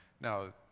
Now